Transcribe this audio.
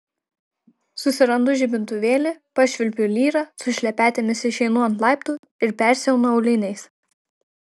susirandu žibintuvėlį pašvilpiu lyrą su šlepetėmis išeinu ant laiptų ir persiaunu auliniais